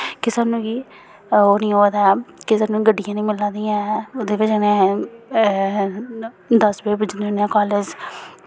कि सानूं गी ओह् निं होआ दा कि सानूं गड्डियां निं मिला दियां ऐ ओह्दे बजह् नै दस बजे पुज्जने होने आं कॉलेज